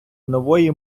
нової